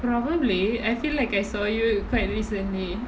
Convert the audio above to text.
probably I feel like I saw you quite recently